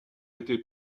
été